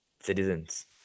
citizens